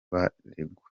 baregwa